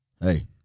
hey